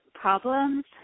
problems